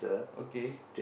okay